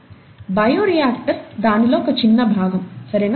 bio reactor దానిలో ఒక చిన్న భాగం సరేనా